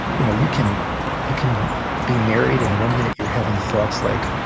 you know, you can you can be married, and one minute you're having thoughts like,